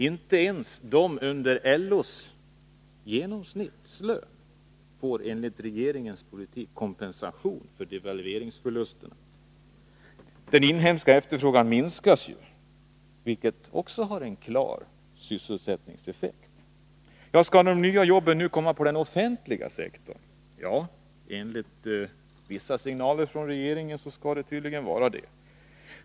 Inte ens de som ligger under LO:s genomsnittslön får med regeringens politik kompensation för devalveringsförlusterna. Den inhemska efterfrågan minskas, vilket också har en klar sysselsättningseffekt. Skall de nya jobben komma i den offentliga sektorn? Ja, enligt vissa signaler från regeringen skall de tydligen göra det.